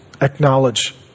acknowledge